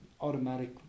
automatic